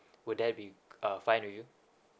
would that be uh fine with you